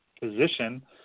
position